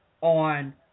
on